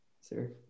sir